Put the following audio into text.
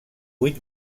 vuit